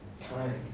time